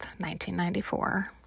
1994